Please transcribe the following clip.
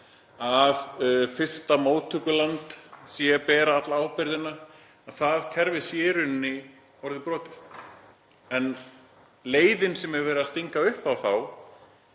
að fyrsta móttökuland sé að bera alla ábyrgðina, að það kerfi sé brotið. En leiðin sem er verið að stinga upp á er